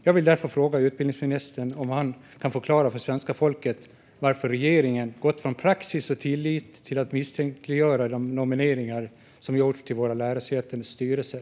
Jag vill därför fråga utbildningsministern om han kan förklara för svenska folket varför regeringen gått från praxis och tillit till att misstänkliggöra de nomineringar som gjorts till våra lärosätens styrelser.